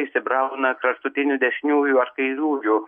įsibrauna kraštutinių dešiniųjų ar kairiųjų